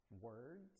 Words